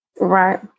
Right